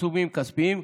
עיצומים כספיים,